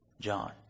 John